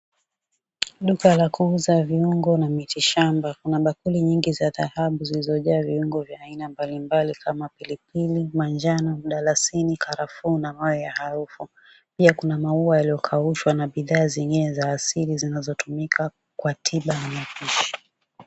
Duka la kuuza viungo na miti shamba mmoja kuna bakuli nyingi za dhahabu zilizo jaa viungo kama vile pilipili, majano, mdalasini, karafuu, na hayo ya harufu pia kuna mauwa iliyooauka na bidaa zenyewe za hasili zinazo tumika kwa kila mtu.